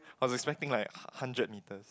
i was expecting like hu~ hundred meters